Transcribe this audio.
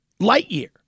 Lightyear